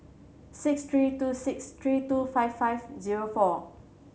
six three two six three two five five zero four